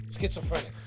schizophrenic